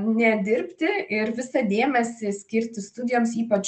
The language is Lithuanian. nedirbti ir visą dėmesį skirti studijoms ypač